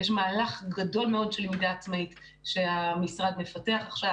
יש מהלך גדול מאוד של למידה עצמאית שהמשרד מפתח עכשיו